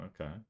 okay